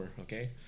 okay